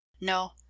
No